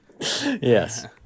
Yes